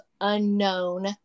unknown